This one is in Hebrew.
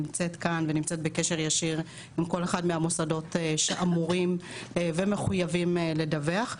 נמצאת כאן והיא בקשר ישיר עם כל אחד מהמוסדות שאמורים ומחויבים לדווח.